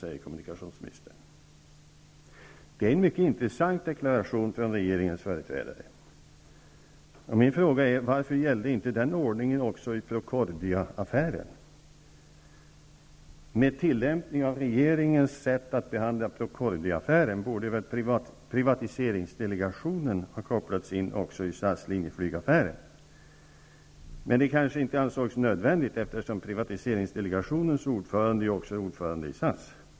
Detta är en mycket intressant deklaration från regeringens företrädare. Min fråga är: Varför gällde inte den ordningen också i Med tillämpning av regeringens sätt att behandla Procordiaaffären borde väl privatiseringsdelegationen ha kopplats in också i SAS--Linjeflyg-affären. Men det kanske inte ansågs nödvändigt, eftersom privatiseringsdelegationens ordförande ju också är ordförande i SAS.